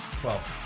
Twelve